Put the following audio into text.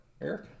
Eric